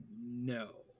no